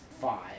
five